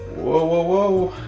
whoa, whoa, whoa.